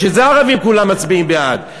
בשביל זה הערבים כולם מצביעים בעד,